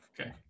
Okay